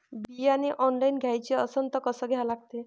बियाने ऑनलाइन घ्याचे असन त कसं घ्या लागते?